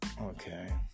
Okay